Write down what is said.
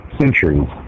centuries